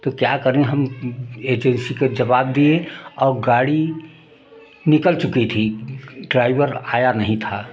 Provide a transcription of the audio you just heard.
तो क्या करें हम एजेंसी के जवाब दिये और गाड़ी निकल चुकी थी ड्राइवर आया नहीं था